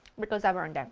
because i've earned it.